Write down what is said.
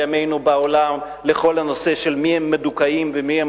בימינו בעולם לכל הנושא של מיהם מדוכאים ומיהם